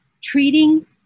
treating